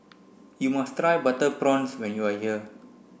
you must try butter prawns when you are here